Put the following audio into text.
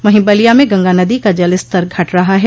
वहीं बलिया में गंगा नदी का जलस्तर घट रहा है